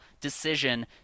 decision